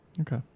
Okay